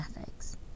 Ethics